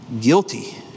Guilty